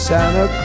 Santa